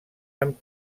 amb